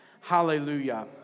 Hallelujah